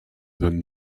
than